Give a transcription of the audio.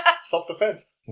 Self-defense